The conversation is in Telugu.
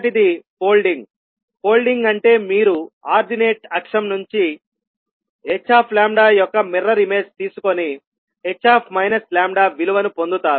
మొదటిది ఫోల్డింగ్ ఫోల్డింగ్ అంటే మీరు ఆర్డినేట్ అక్షం గురించి hλ యొక్క మిర్రర్ ఇమేజ్ తీసుకొని h λవిలువను పొందుతారు